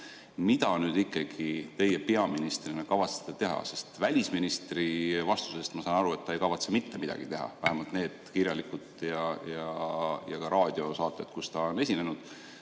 Mida te nüüd ikkagi peaministrina kavatsete teha? Välisministri vastusest ma saan aru, et tema ei kavatse mitte midagi teha. Vähemalt need kirjalikud [sõnavõtud] ja ka raadiosaated, kus ta on esinenud